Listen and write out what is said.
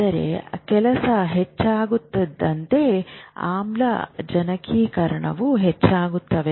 ಆದರೆ ಕೆಲಸ ಹೆಚ್ಚಾದಂತೆ ಆಮ್ಲಜನಕೀಕರಣವೂ ಹೆಚ್ಚಾಗುತ್ತದೆ